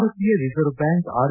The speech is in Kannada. ಭಾರತೀಯ ರಿಸರ್ವ್ ಬ್ಯಾಂಕ್ ಆರ್